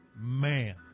Man